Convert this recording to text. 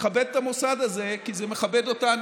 לכבד את המוסד הזה, כי זה מכבד אותנו.